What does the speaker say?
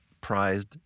prized